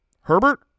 Herbert